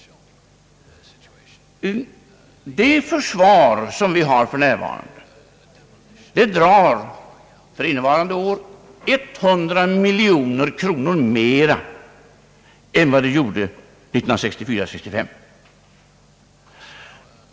Det försvar som vi för närvarande har kostar under innevarande år 100 miljoner kronor mer än vad det gjorde 1964/65.